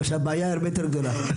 כלומר הבעיה הרבה יותר גדולה.